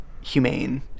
humane